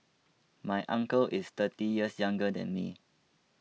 my uncle is thirty years younger than me